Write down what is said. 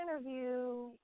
interview